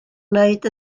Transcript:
wneud